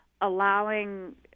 allowing